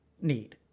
need